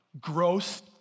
gross